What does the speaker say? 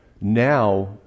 now